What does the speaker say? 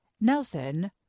Nelson